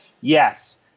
Yes